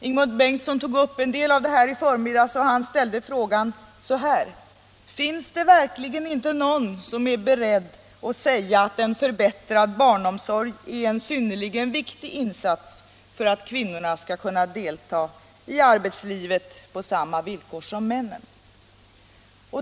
Ingemund Bengtsson tog i förmiddags upp en del av detta och ställde frågan: Finns det verkligen inte någon som är beredd att säga att en förbättrad barnomsorg är en synnerligen viktig insats för att kvinnorna skall kunna delta i arbetslivet på samma villkor som männen?